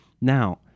Now